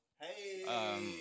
Hey